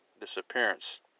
disappearance